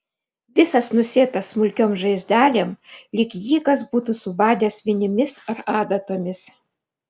visas nusėtas smulkiom žaizdelėm lyg jį kas būtų subadęs vinimis ar adatomis